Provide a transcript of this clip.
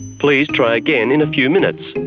please try again in a few minutes.